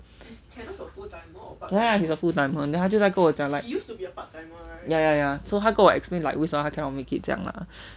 kenneth is a full timer 他就在跟我 like ya ya ya so 他跟我 explain like 为什么她:wei shen me tae cannot make it 这样 lah